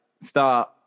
start